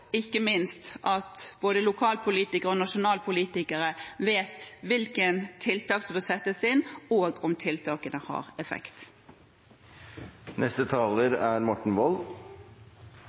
ikke minst kan både lokalpolitikere og nasjonalpolitikere vite hvilke tiltak som bør settes inn, og om tiltakene har effekt. Hovedlinjene i norsk alkoholpolitikk ligger fast. Det er